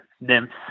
nymphs